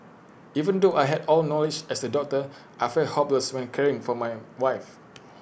even though I had all noise as A doctor I felt hopeless when caring for my wife